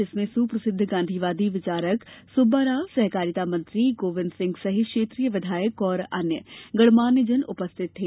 जिसमें सुप्रसिद्ध गांधीवादी विचारक सुब्बा राव सहकारिता मंत्री गोविंद सिंह सहित क्षेत्रीय विधायक और अन्य गणमान्यजन उपस्थित थे